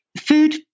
food